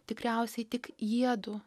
tikriausiai tik jiedu